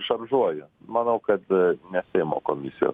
šaržuoju manau kad ne seimo komisijos